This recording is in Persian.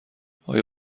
آیا